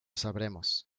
sabremos